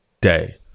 day